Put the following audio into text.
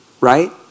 right